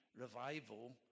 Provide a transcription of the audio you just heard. revival